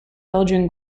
belgian